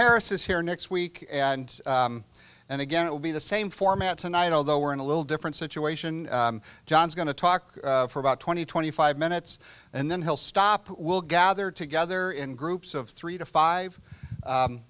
harris is here next week and and again it will be the same format tonight although we're in a little different situation john's going to talk for about twenty twenty five minutes and then he'll stop we'll gather together in groups of three to five